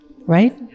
right